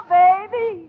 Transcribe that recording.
baby